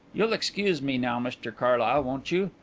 you'll excuse me now, mr carlyle, won't you?